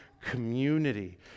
community